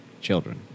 children